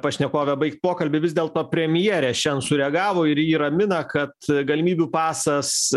pašnekove baigt pokalbį vis dėlto premjerė šian sureagavo ir ji ramina kad galimybių pasas